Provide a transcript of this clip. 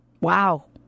Wow